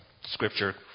scripture